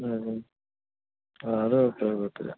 അതെ ആ അത് കുഴപ്പമില്ല കുഴപ്പമില്ല